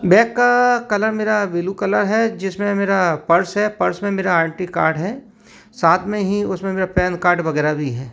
bag का colour मेरा blue colour है जिसमें मेरा पर्स है पर्स में मेरा आई डी कार्ड है साथ में ही उसमें मेरा पैन कार्ड वगैरह भी है